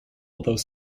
although